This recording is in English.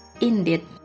Indeed